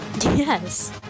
Yes